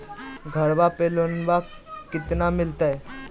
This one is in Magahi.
घरबा पे लोनमा कतना मिलते?